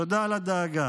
תודה על הדאגה.